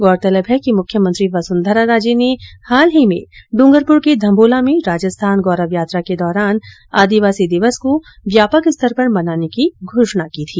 गौरतलब है कि मुख्यमंत्री वसुन्धरा राजे ने हाल ही में डूंगरपुर के धम्बोला में राजस्थान गौरव यात्रा के दौरान आदिवासी दिवस को व्यापक स्तर पर मनाने की घोषणा की थी